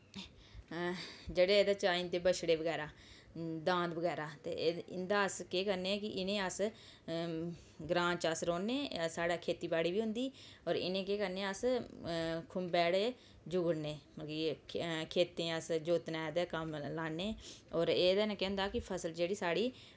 जेह्ड़े एह्दे च आई जंदे बच्छड़े बगैरा दांद बगैरा इंया अस केह् करने आं कि अस ग्रां च रौह्ने ते साढ़ै खेती बाड़ी बी होंदी ते इनें ई केह् करने अस खुंबै जेह्ड़े जुगड़ने खेतें च जोतने आस्तै कम्म लानै होर एह्दे कन्नै केह् होंदा कि फसल जेह्ड़ी साढ़ी